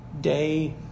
day